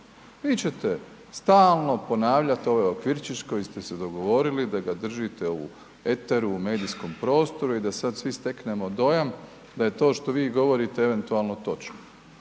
vi ćete stalno ponavljati ovaj okvirčić koji ste se dogovorili da ga držite u eteru, u medijskom prostoru i da sad svi steknemo dojam da je to što vi govorite eventualno točno.